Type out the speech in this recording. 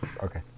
Okay